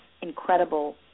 incredible